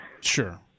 Sure